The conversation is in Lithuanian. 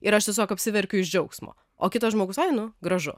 ir aš tiesiog apsiverkiu iš džiaugsmo o kitas žmogus ai nu gražu